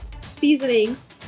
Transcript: seasonings